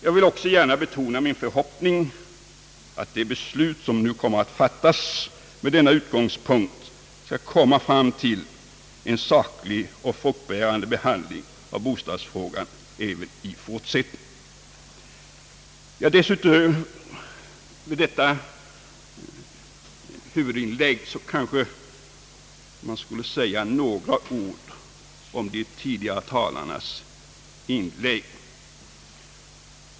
Jag vill också gärna betona min förhoppning att det beslut som nu kommer att fattas med denna utgångspunkt skall komma fram till en saklig och fruktbärande behandling av bostadsfrågan även i fortsättningen. Utöver detta huvudinlägg i själva sakfrågan skulle jag vilja säga några ord om de föregående talarnas anföranden.